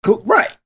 Right